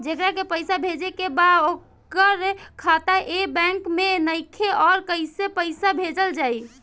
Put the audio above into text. जेकरा के पैसा भेजे के बा ओकर खाता ए बैंक मे नईखे और कैसे पैसा भेजल जायी?